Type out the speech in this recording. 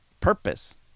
purpose